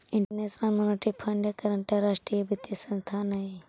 international monetary fund एक अंतरराष्ट्रीय वित्तीय संस्थान हई